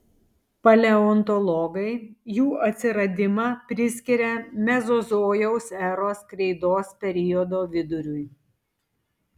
paleontologai jų atsiradimą priskiria mezozojaus eros kreidos periodo viduriui